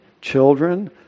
children